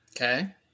Okay